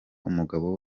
umugabo